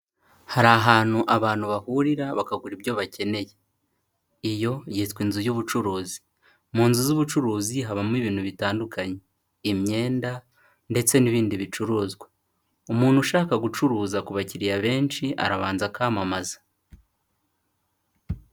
Hari ahantu abantu bahurira bakagura ibyo bakeneye. Iyo yitwa inzu y'ubucuruzi. Mu nzu z'ubucuruzi habamo ibintu bitandukanye, imyenda ndetse n'ibindi bicuruzwa. Umuntu ushaka gucuruza ku bakiriya benshi, arabanza akamamaza.